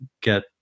get